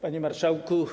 Panie Marszałku!